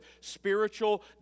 spiritual